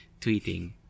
tweeting